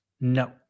No